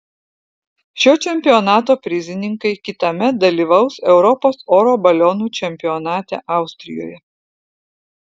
šio čempionato prizininkai kitąmet dalyvaus europos oro balionų čempionate austrijoje